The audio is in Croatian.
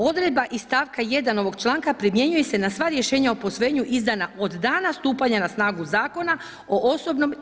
Odredba iz stavka 1. ovog članka primjenjuje se na rješenja o posvojenju izdana od dana stupanja na snagu Zakona o OIB-u.